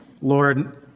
Lord